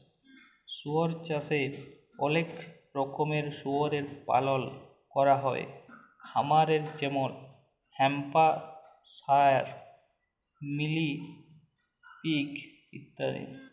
শুয়র চাষে অলেক রকমের শুয়রের পালল ক্যরা হ্যয় খামারে যেমল হ্যাম্পশায়ার, মিলি পিগ ইত্যাদি